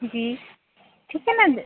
जी ठीक है ना जी